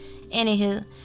Anywho